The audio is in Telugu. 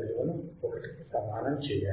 విలువను 1 కి సమానం చేయాలి